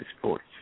Sports